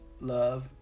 love